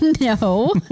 No